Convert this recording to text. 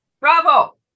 Bravo